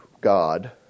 God